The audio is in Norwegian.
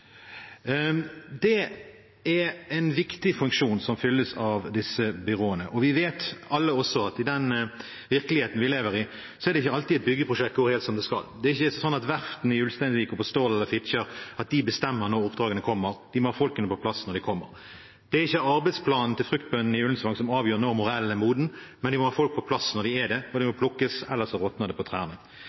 er en viktig funksjon som fylles av disse byråene. Vi vet alle at i den virkeligheten vi lever i, er det ikke alltid et byggeprosjekt går helt som det skal. Det er ikke sånn at verftene i Ulsteinvik, Stord eller Fitjar bestemmer når oppdragene kommer – de må ha folkene på plass når oppdragene kommer. Det er ikke arbeidsplanen til fruktbøndene til Ullensvang som avgjør når morellene er modne – de må ha folk på plass når morellene er det, ellers råtner de på trærne. Det er ikke entreprenørene i Voss som bestemmer når raset går – de må ha folk på